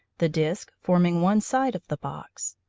the disc forming one side of the box.